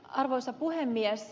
arvoisa puhemies